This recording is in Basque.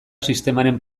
sistemaren